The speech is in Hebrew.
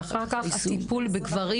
ואחר כך הטיפול בגברים.